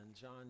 John